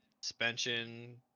suspension